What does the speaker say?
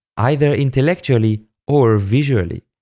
either intellectually or visually.